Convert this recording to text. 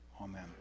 Amen